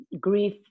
grief